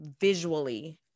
visually